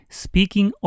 speaking